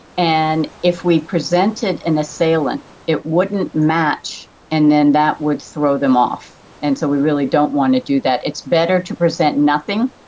and if we presented an assailant it wouldn't match and then that would throw them off, and so we really don't want to do that. it's better to present nothing,